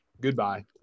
goodbye